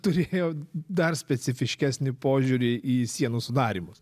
turėjo dar specifiškesni požiūrį į sienos sudarymus